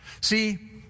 See